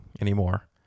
anymore